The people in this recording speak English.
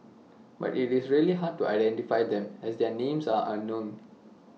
but IT is really hard to identify them as their names are unknown